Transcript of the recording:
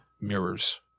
Mirrors